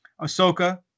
Ahsoka